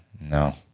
no